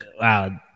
Wow